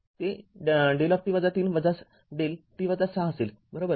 ते δ t ३ δ t ६ असेल बरोबर